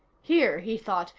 here, he thought,